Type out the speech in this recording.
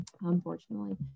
Unfortunately